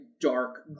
dark